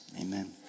Amen